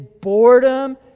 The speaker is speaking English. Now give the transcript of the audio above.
boredom